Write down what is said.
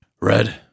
Red